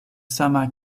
sama